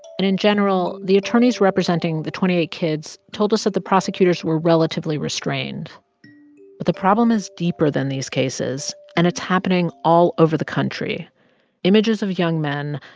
and in general, the attorneys representing the twenty eight kids told us that the prosecutors were relatively restrained but the problem is deeper than these cases. and it's happening all over the country images of young men,